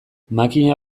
makina